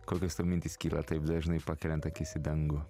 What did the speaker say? kokios tau mintys kyla taip dažnai pakeliant akis į dangų